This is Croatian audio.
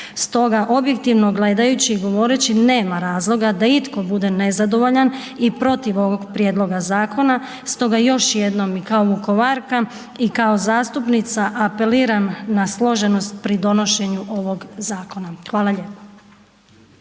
Stoga objektivno gledajući i govoreći nema razloga da itko bude nezadovoljan i protiv ovoga prijedloga zakona, stoga još jednom i kao Vukovarka i kao zastupnica apeliram na složenost pri donošenju ovoga zakona. Hvala lijepo.